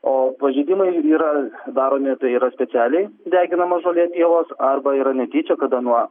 o pažeidimai yra daromi tai yra specialiai deginama žolė pievos arba yra netyčia kada nuo